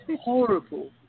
horrible